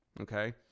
Okay